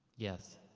yes.